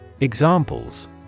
Examples